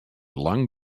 lang